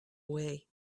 away